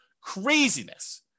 Craziness